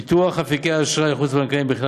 פיתוח אפיקי אשראי חוץ-בנקאיים בכלל